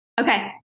Okay